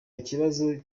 ikibazo